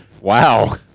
Wow